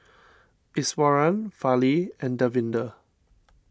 Iswaran Fali and Davinder